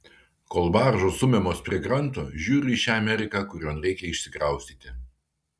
kol baržos stumiamos prie kranto žiūriu į šią ameriką kurion reikia išsikraustyti